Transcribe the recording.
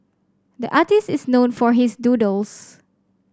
the artist is known for his doodles